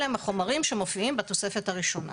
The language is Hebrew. אלה הם החומרים שמופיעים בתוספת הראשונה.